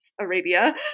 Arabia